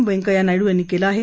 व्यंकय्या नायडू यांनी केलं आहे